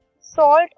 salt